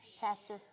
Pastor